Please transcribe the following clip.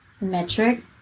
metric